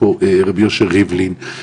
רב יהושוע ריבלין,